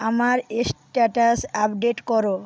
আমার status update করো